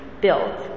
built